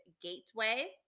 gateway